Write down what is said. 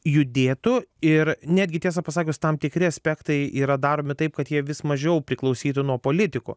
judėtų ir netgi tiesą pasakius tam tikri aspektai yra daromi taip kad jie vis mažiau priklausytų nuo politikų